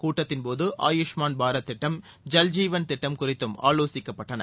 கூட்டத்தின் போது ஆயுஷ்மான் பாரத் திட்டம் ஜல் ஜீவன் திட்டம் குறித்தும் ஆலோசிக்கப்பட்டது